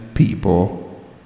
People